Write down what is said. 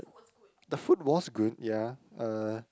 the food was good ya uh